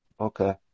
okay